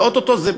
ואו-טו-טו זה.